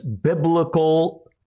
biblical